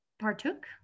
Partook